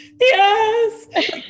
Yes